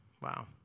Wow